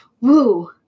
Woo